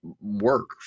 work